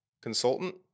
consultant